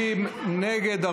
מי נגד?